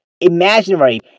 imaginary